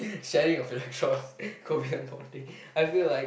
sharing of electrons covalent bonding I feel like